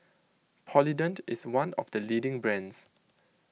Polident is one of the leading brands